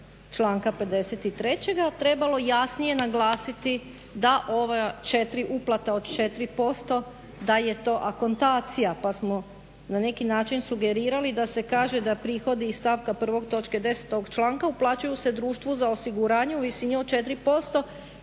članka 53. trebalo jasnije naglasit da ove četiri uplate od 4% da je to akontacija pa smo na neki način sugerirali da se kaže da prihodi iz stavka 1. točke 10. ovog članka uplaćuju se društvu za osiguranje u visini od 4%